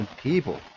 people